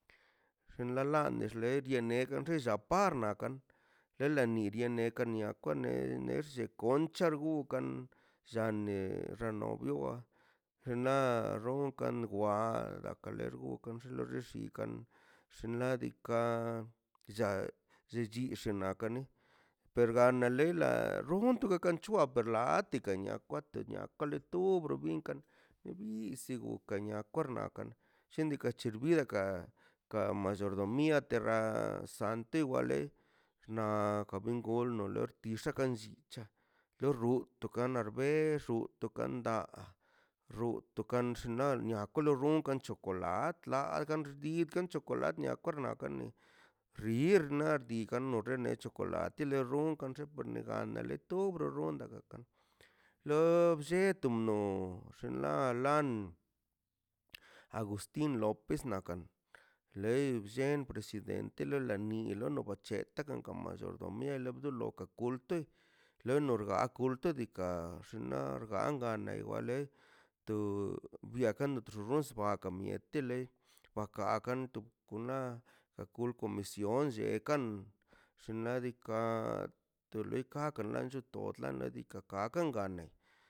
Nxin ḻa ḻande xḻe dyene negue pellan par naꞌ kan rele nie die ne ka nia kon ne nerlle koncha rgugan llane xano biua xenaa xronka ngwa gakan ḻe rguga xḻague lli kan xllin ḻa diikaꞌ lla llichiga kani per gana ḻe ḻa rruntuga kan c̱hua per latika' nia kwatə nia kaḻe to bro binkaꞌ ḻe biz sigu kañaa kar na kan lleni kan chelbia ka mallordomia terra santi waḻe naꞌ ka bin golno ler rtix̱aꞌ kan chicha lo rru toka nal berxu to kandaꞌ rro tokan xnaꞌ nia kolor rrun kan chocolatlə ḻa gan did chocolatlə nia korna korni xrir na diiga no gano rene chocolate ḻe rrunka nlle bene gaṉa ḻe tubr rronda gaga kan lo blleto mno ḻa ḻan agustin lopez nakan ḻei bllen presidente ḻe ḻa ni lono bac̱hetaꞌ gan ka machordomia dolo lo kulte leno rga kulte diikaꞌ xinaꞌ rganrgan waḻe to byakan xuxunzə ba biaka miete ḻe bakaakan tu tuka to kul comision llekan llinnaꞌ diika to ḻeka kalan nlleto ḻe diikaꞌ ka kan gan ḻei.